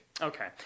Okay